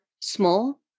small